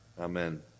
amen